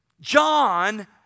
John